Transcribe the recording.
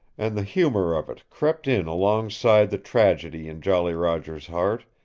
and the humor of it crept in alongside the tragedy in jolly roger's heart,